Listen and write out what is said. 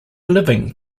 living